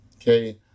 okay